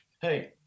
hey